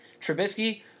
Trubisky